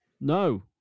No